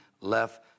left